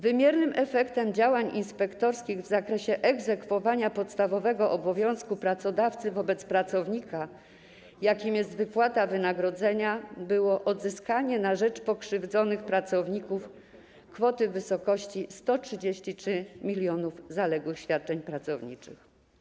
Wymiernym efektem działań inspektorskich w zakresie egzekwowania podstawowego obowiązku pracodawcy wobec pracownika, jakim jest wypłata wynagrodzenia, było odzyskanie na rzecz pokrzywdzonych pracowników kwoty w wysokości 133 mln zaległych świadczeń pracowniczych.